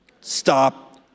Stop